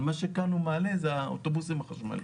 אבל מה שכאן הוא מעלה זה האוטובוסים החשמליים.